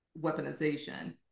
weaponization